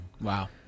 Wow